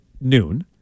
noon